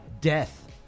death